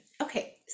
Okay